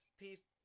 peace